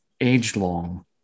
age-long